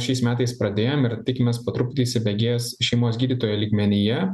šiais metais pradėjom ir tikimės po truputį įsibėgės šeimos gydytojo lygmenyje